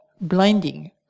blinding